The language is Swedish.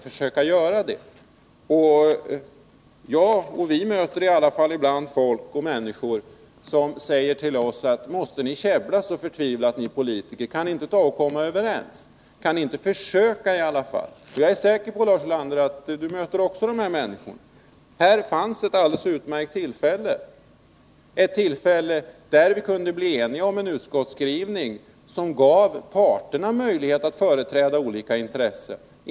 I varje fall vi möter ibland folk som säger till oss: Måste ni politiker käbbla så förtvivlat — kan ni inte försöka komma överens? Jag är säker på att Lars Ulander också möter de människorna. Här fanns ett utmärkt tillfälle att bli eniga om en utskottsskrivning som gav parterna möjlighet att företräda olika intressen.